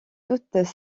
toutes